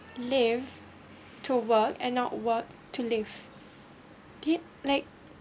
live to work and not work to live do you like